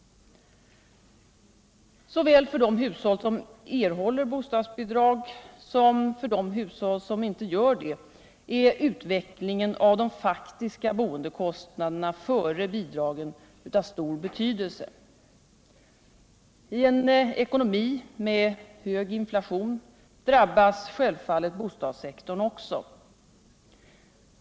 Såväl för de hushåll som erhåller bostadsbidrag som för de hushåll som inte gör det är utvecklingen av de faktiska boendekostnaderna före bidragen av stor betydelse. I en ekonomi med hög inflation drabbas självfallet bostadssektorn också.